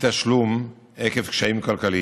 אי-תשלום עקב קשיים כלכליים,